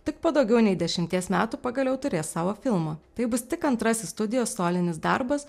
tik po daugiau nei dešimties metų pagaliau turės savo filmą tai bus tik antrasis studijos solinis darbas